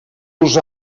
los